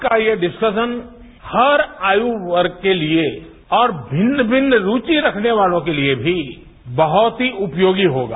आज का ये डिस्काशन हर आयु वर्ग के लिए और मिन्न मिन्न रुवि रखने वालों के लिए भी बहुत ही चपयोगी होगा